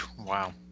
Wow